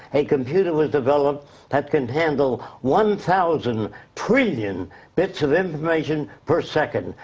a computer was developed that can handle one thousand trillion bits of information per second.